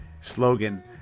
slogan